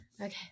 Okay